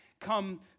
come